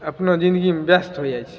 अपना जिंदगीमे ब्यस्त होइ जाइत छै